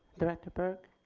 director burke.